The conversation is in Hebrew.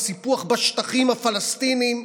הסיפוח בשטחים הפלסטיניים.